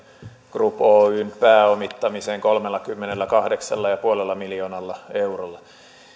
group oyn pääomittamiseen kolmellakymmenelläkahdeksalla pilkku viidellä miljoonalla eurolla